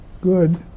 good